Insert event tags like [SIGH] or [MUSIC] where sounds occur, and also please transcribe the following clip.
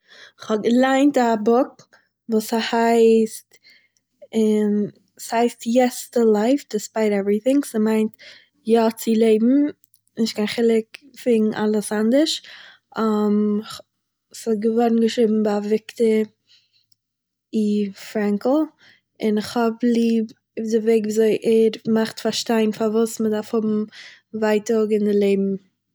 כ'האב געליינט א בוק וואס ס'הייסט [HESITATION] ס'הייסט "יעס טו לייף, דיספייט עוועריט'ינג", ס'מיינט 'יא צו לעבן, נישט קיין חילוק וועגן אלעס אנדערש', [HESITATION] ס'איז געווארן געשריבן ביי וויקטאר אי. פרענקל, און איך האב ליב די וועג וויאזוי ער מאכט פארשטיין פארוואס מען דארף האבן ווייטאג אין די לעבן